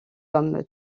comme